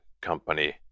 company